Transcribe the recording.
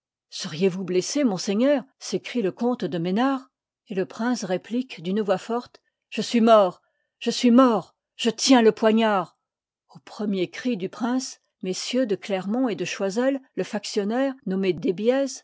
tué seriezvous blessé monseigneur s'écrie le comte de mesnard et le prince réplique d'une voix forte je suis mort je suis mort je tiens le poignard au premier cri du prince mm de clermont et de choiseul le factionnaire ifommé desbiez un des